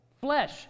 Flesh